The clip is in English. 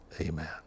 Amen